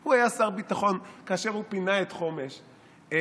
הוא היה שר ביטחון כאשר הוא פינה את חומש בפעם,